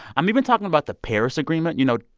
i'm even talking about the paris agreement. you know,